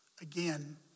again